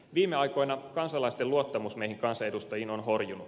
viime aikoina kansalaisten luottamus meihin kansanedustajiin on horjunut